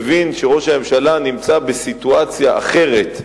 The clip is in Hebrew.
מבין שראש הממשלה נמצא בסיטואציה אחרת,